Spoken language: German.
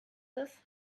ist